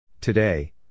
Today